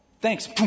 thanks